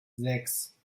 sechs